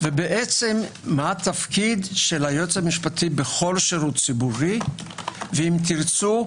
ובעצם מה תפקידו של היועץ המשפטי בכל שירות ציבורי ואם תרצו,